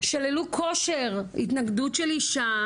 שללו כושר התנגדות של אישה,